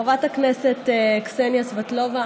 חברת הכנסת קסניה סבטלובה,